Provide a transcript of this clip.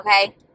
Okay